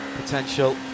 potential